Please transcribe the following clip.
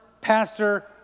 pastor